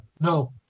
No